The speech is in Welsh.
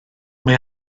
mae